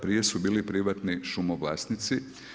Prije su bili privatni šumovlasnici.